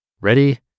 Ready